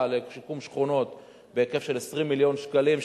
לשיקום שכונות בהיקף של 20 מיליון שקלים,